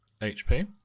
HP